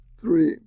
Three